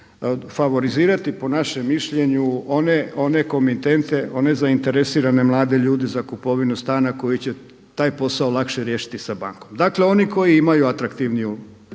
će favorizirati po našem mišljenju one komitente, one zainteresirane mlade ljude zainteresirane za kupovinu stana koji će taj posao lakše riješiti sa bankom. Dakle, oni koji imaju atraktivniju